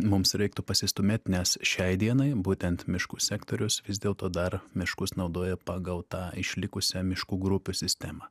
mums reiktų pasistūmėt nes šiai dienai būtent miškų sektorius vis dėlto dar miškus naudoja pagal tą išlikusią miškų grupių sistemą